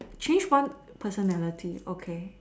change one personality okay